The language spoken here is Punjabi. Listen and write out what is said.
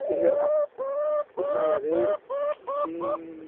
ਇਹ ਅਪ ਇਹਨਾਂ ਬਾਰੇ ਕੀ